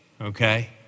okay